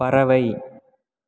பறவை